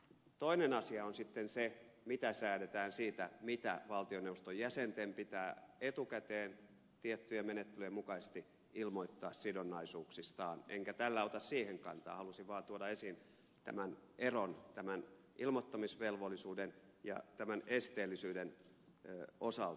toinen asia on sitten se mitä säädetään siitä mitä valtioneuvoston jäsenten pitää etukäteen tiettyjen menettelyjen mukaisesti ilmoittaa sidonnaisuuksistaan enkä tällä ota siihen kantaa halusin vaan tuoda esiin tämän eron ilmoittamisvelvollisuuden ja esteellisyyden osalta